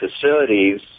facilities